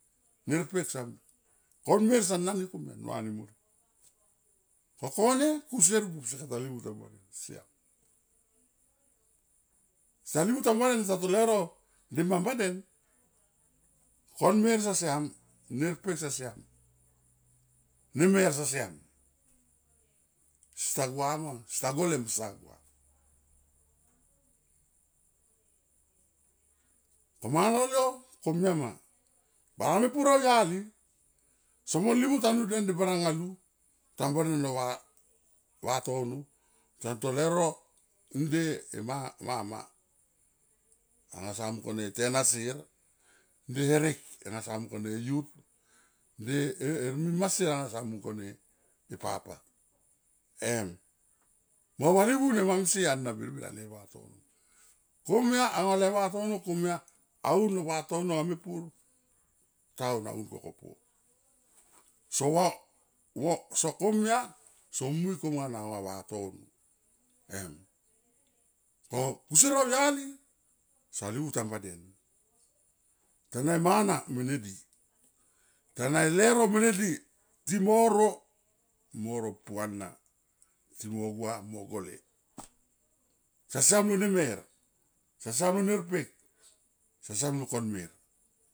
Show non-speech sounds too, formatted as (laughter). Ner pek son pi, kon mer son a nam ni komia nua ni morik ko kone kusier busier kata livu tamba elen siam. Sa livu tam ba den sa to leuro nde mam ba den kon mer sa siam ner pek sa siam, ne mer sa siam sta gua ma sta gole mo sta gua ko mana lol yo komia ma baranga mepur au yali somon livu tanu den ge baranga lu tam ba den lo vatono son to leuro leunonde e (hesitation) mama anga sa mung kone e tena sier nde herek anga samung kone e yut nde (hesitation) mima sier sa mung kone e papa em mo valivu ne mam sie ena birbir le vatono. Komia anga le vatono komia aun lo vatono anga mepur town aun kokopo. (hesitation) so komia som mui konga na au va vatono em ko kusier au yali sa livu tamba den tana e mana mene di tana e leuro mene di timoro, mo ro puana ntimo gua mo gole sa siam lo nemer sasiam lo ner pek sa siam lo konmen.